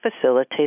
facilitate